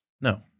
No